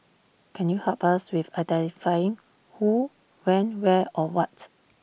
can you help us with identifying who when where or what